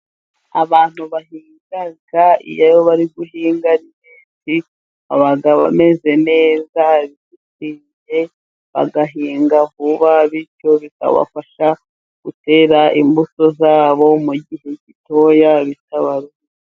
Abantu bahinga, iyo bari guhinga ari benshi, baba bameze neza ,bishimye bagahinga vuba ,bityo bikabafasha gutera imbuto zabo mu gihe gitoya bitaba.